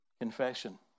confession